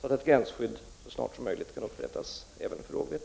så att ett gränsskydd så snart som möjligt kan upprättas även för rågvete.